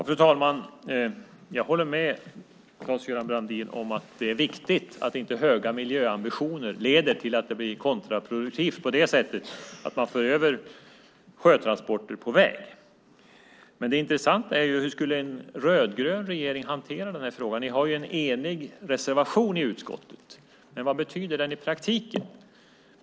Fru talman! Jag håller med Claes-Göran Brandin om att det är viktigt att höga miljöambitioner inte leder till att det blir kontraproduktivt så att man för över sjötransporter till väg. Det intressanta är dock hur en rödgrön regering skulle hantera frågan. Ni har en enig reservation i utskottet, men vad betyder den i praktiken?